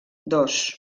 dos